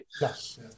Yes